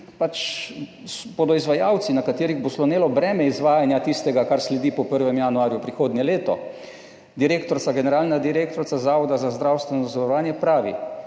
pač bodo izvajalci, na katerih bo slonelo breme izvajanja tistega, kar sledi po 1. januarju prihodnje leto. Direktorica, generalna direktorica, Zavoda za zdravstveno zavarovanje pravi: